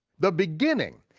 the beginning,